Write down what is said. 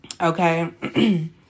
okay